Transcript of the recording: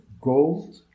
gold